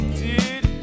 dude